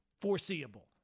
foreseeable